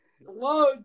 Whoa